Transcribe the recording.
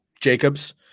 Jacobs